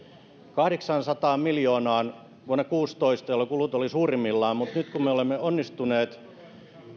kahdeksaansataan miljoonaan vuonna kaksituhattakuusitoista jolloin kulut olivat suurimmillaan mutta nyt kun me olemme onnistuneet